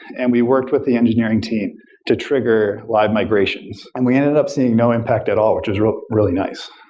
and we worked with the engineering team to trigger live migrations, and we ended up seeing no impact at all, which is really really nice.